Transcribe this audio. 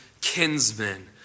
kinsmen